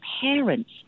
parents